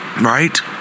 right